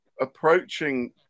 approaching